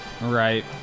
right